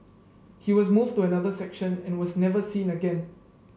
he was moved to another section and was never seen again